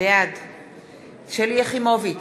בעד שלי יחימוביץ,